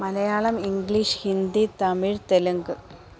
Malayalam English Hindi Tamil Telugu